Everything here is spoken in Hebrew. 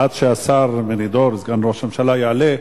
עד שהשר מרידור, סגן ראש הממשלה יעלה,